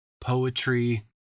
Poetry